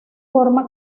forma